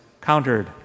countered